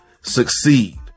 succeed